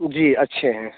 जी अच्छे हैं